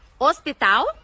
Hospital